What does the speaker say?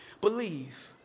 believe